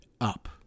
up